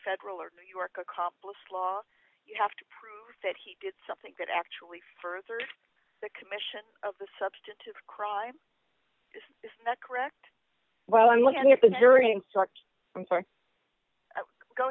federal or new york accomplice law you have to prove that he did something that actually further the commission of the substantive crime this is not correct well i'm looking at the jury i'm sorry go